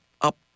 up